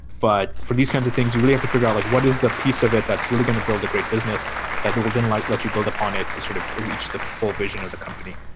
but for these kinds of things, you really have to figure out like what is the piece of it that's really going to build a great business that will then like let's you build up on it to sort of reach the full vision of the company.